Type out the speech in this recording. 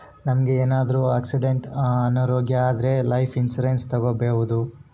ನಮ್ಗೆ ಏನಾದ್ರೂ ಆಕ್ಸಿಡೆಂಟ್ ಅನಾರೋಗ್ಯ ಆದ್ರೆ ಲೈಫ್ ಇನ್ಸೂರೆನ್ಸ್ ತಕ್ಕೊಬೋದು